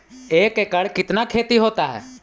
एक एकड़ कितना खेति होता है?